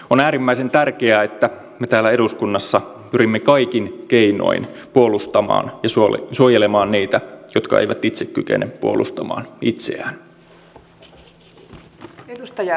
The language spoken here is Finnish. on äärimmäisen tärkeää että me täällä eduskunnassa pyrimme kaikin keinoin puolustamaan ja suojelemaan niitä jotka eivät itse kykene puolustamaan itseään